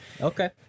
Okay